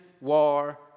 war